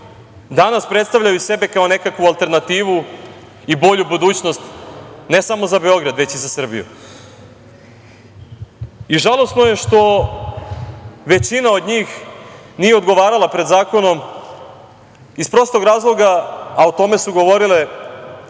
danas predstavljaju sebe kao nekakvu alternativu i bolju budućnost, ne samo za Beograd, već i za Srbiju. Žalosno je što većina od njih nije odgovarala pred zakonom iz prostog razloga, a o tome su govorile